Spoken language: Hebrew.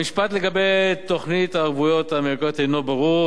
המשפט לגבי תוכנית הערבויות האמריקנית אינו ברור,